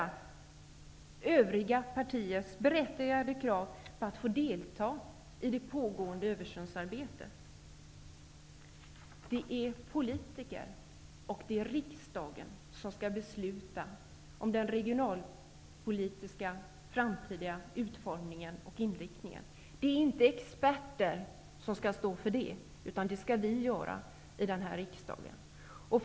Övriga partiers berättigade krav på deltagande i det pågående översynsarbetet ignoreras. Det är politikerna och riksdagen som skall besluta om regionalpolitikens framtida utformning och inriktning. Det är inte experter som skall stå för det, utan -- som sagt -- det skall vi här i riksdagen göra.